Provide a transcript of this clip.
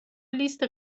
لیست